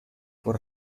con